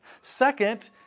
Second